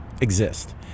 exist